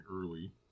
early